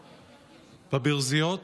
בברזיות,